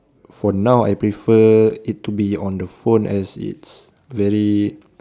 for now I prefer it to be on the phone as it's very